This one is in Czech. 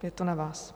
Je to na vás.